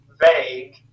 vague